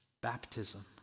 baptism